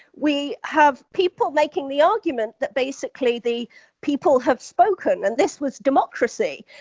we have people making the argument that basically the people have spoken and this was democracy,